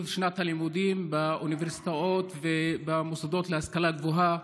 שהתחילו אתמול את שנת הלימודים באוניברסיטאות ובמוסדות להשכלה גבוהה.